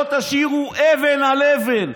לא תשאירו אבן על אבן.